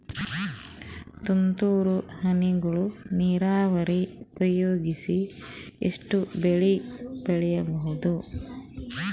ತುಂತುರು ಹನಿಗಳ ನೀರಾವರಿ ಉಪಯೋಗಿಸಿ ಎಷ್ಟು ಬೆಳಿ ಬೆಳಿಬಹುದು?